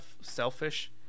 selfish